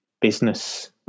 business